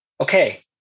Okay